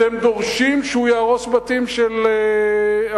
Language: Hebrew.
אתם דורשים שהוא יהרוס בתים של ערבים,